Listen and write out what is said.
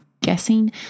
guessing